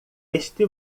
este